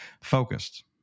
Focused